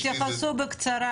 תתייחסו בקצרה